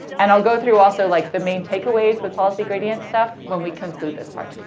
and i'll go through also, like, the main takeaways with policy gradient stuff when we conclude this part.